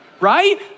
right